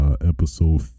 episode